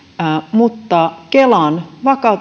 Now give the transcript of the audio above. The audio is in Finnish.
mutta kelan